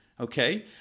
okay